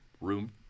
room